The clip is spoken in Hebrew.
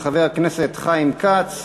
של חבר הכנסת חיים כץ.